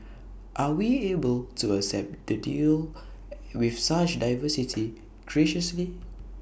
are we able to accept the deal with such diversity graciously